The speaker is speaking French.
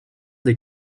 des